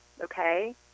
okay